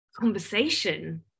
conversation